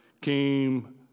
came